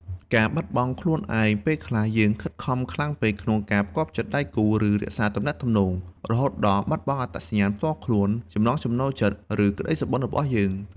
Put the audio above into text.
ការបាត់បង់ខ្លួនឯងពេលខ្លះ យើងខិតខំខ្លាំងពេកក្នុងការផ្គាប់ចិត្តដៃគូ ឬរក្សាទំនាក់ទំនង រហូតដល់បាត់បង់អត្តសញ្ញាណផ្ទាល់ខ្លួន ចំណង់ចំណូលចិត្ត ឬក្តីសុបិន្តរបស់យើង។